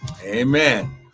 amen